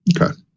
okay